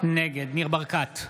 נגד ניר ברקת,